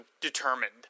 determined